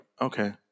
okay